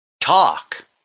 talk